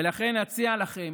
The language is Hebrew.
ולכן אציע לכם